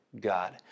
God